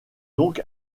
donc